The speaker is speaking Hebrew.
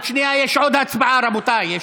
בעוד שנייה יש עוד הצבעה, רבותיי.